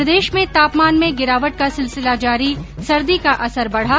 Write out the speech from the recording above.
प्रदेश में तापमान में गिरावट का सिलसिला जारी सर्दी का असर बढा